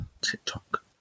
TikTok